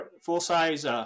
full-size